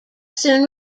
soon